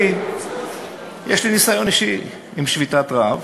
אני, יש לי ניסיון אישי עם שביתת רעב.